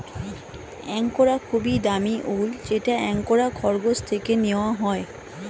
angora খুবই দামি উল যেটা অ্যাঙ্গোরা খরগোশ থেকে নেওয়া হয়